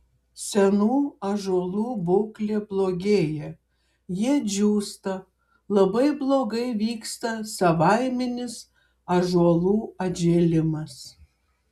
senų ąžuolų būklė blogėja jie džiūsta labai blogai vyksta savaiminis ąžuolų atžėlimas